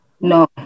no